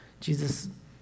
Jesus